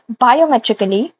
biometrically